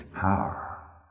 power